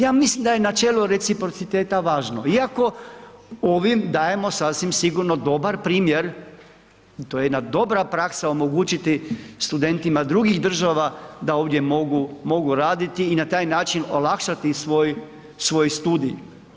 Ja mislim da je načelo reciprociteta važno iako ovim dajemo sasvim sigurno dobar primjer, to je jedna dobra praksa omogućiti studentima drugih država da ovdje mogu, mogu raditi i na taj način olakšati svoj studij.